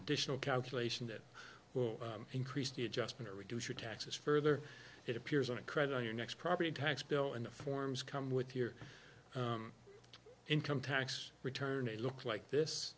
additional calculation that will increase the adjustment or reduce your taxes further it appears on a credit on your next property tax bill in the forms come with your income tax return a look like this